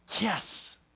yes